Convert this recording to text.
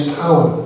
power